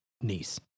niece